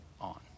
on